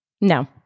No